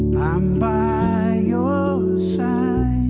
i'm by your side,